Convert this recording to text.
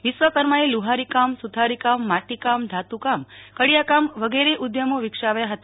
વિશ્વકર્માએ લુહારી કામ સુથારીકામ માટીકામ ધાતુકામ કડીયાકામ વિગે રે ઉધમો વિકસાવ્યા હતા